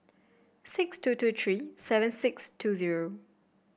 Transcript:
six two two three six seven two zero